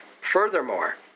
Furthermore